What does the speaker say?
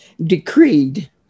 decreed